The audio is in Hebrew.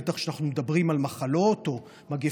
בטח כשאנחנו מדברים על מחלות או מגפות.